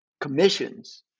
commissions